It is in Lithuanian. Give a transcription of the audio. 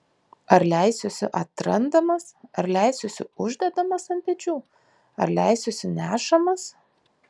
ar leisiuosi atrandamas ar leisiuosi uždedamas ant pečių ar leisiuosi nešamas